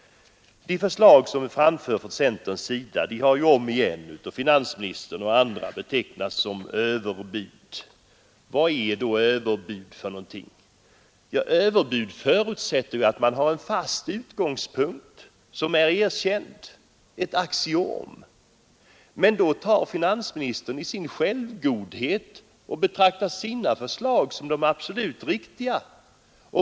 De förslag som framförts från centerns sida har omigen av finansministern och andra betecknats som ”överbud”. Men vad är överbud för någonting? Ett överbud fordrar att man har en fast utgångspunkt som är erkänd, ett axiom. Finansministern tar i sin självgodhet sina förslag som de absolut riktiga.